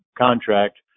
contract